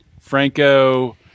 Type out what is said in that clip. Franco